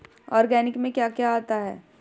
Organic में क्या क्या आता है?